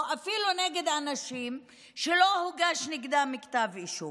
אפילו נגד אנשים שלא הוגש נגדם כתב אישום.